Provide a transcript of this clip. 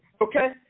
okay